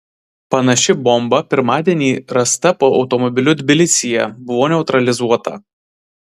panaši bomba pirmadienį rasta po automobiliu tbilisyje buvo neutralizuota